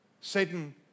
Satan